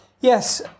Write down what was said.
yes